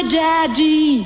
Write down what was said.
daddy